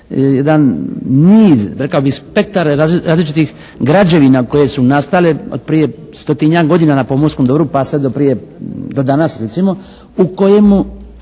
jedan niz, rekao bih spektar različitih građevina koje su nastale od prije stotinjak godina na pomorskom dobru pa sve do prije, do